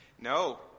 no